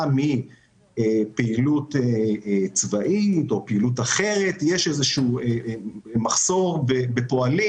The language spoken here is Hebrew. שבגלל פעילות צבאית או פעילות אחרת יש מחסור בפועלים